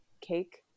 cake